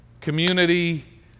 community